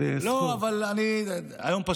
היום,